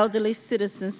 elderly citizens